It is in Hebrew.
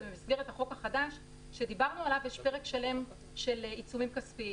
ובמסגרת החוק החדש שדיברנו עליו יש פרק שלם של עיצומים כספיים.